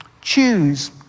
Choose